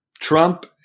Trump